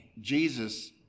Jesus